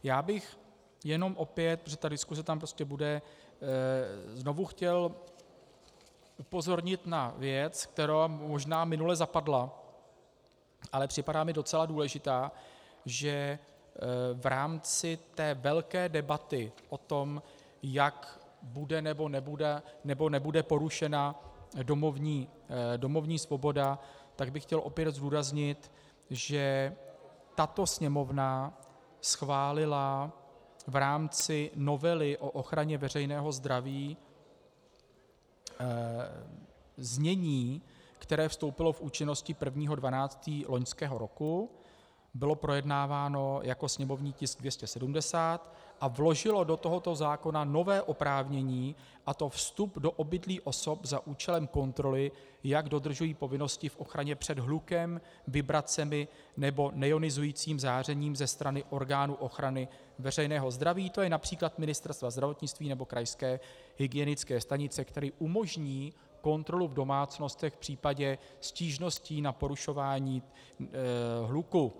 Já bych jenom opět protože ta diskuse tam prostě bude znovu chtěl upozornit na věc, která možná minule zapadla, ale připadá mi docela důležitá, že v rámci té velké debaty o tom, jak bude nebo nebude porušena domovní svoboda, tak bych chtěl opět zdůraznit, že tato Sněmovna schválila v rámci novely o ochraně veřejného zdraví znění, které vstoupilo v účinnost 1. 12. loňského roku, bylo projednáváno jako sněmovní tisk 270, a vložila do tohoto zákona nové oprávnění, a to vstup do obydlí osob za účelem kontroly, jak dodržují povinnosti v ochraně před hlukem, vibracemi nebo neionizujícím zářením ze strany orgánů ochrany veřejného zdraví, to je například Ministerstva zdravotnictví nebo krajské hygienické stanice, které umožní kontrolu v domácnostech v případě stížností na porušování hluku.